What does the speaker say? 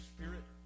Spirit